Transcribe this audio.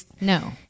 no